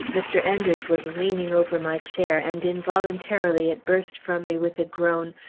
mr. enders was leaning over my chair, and involuntarily it burst from me with a groan,